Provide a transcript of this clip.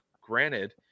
Granted